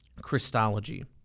Christology